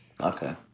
Okay